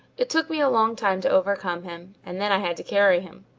it took me a long time to overcome him and then i had to carry him.